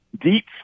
deep